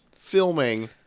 filming